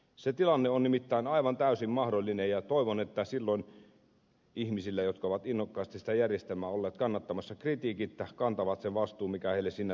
se tilanne on nimittäin aivan täysin mahdollinen ja toivon että silloin ihmiset jotka ovat innokkaasti sitä järjestelmää olleet kannattamassa kritiikittä kantavat sen vastuun mikä heille siinä tilanteessa kuuluu